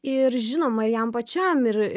ir žinoma ir jam pačiam ir